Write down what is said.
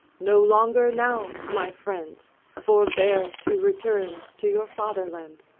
no longer now, my friends, forbear to return to your fatherland.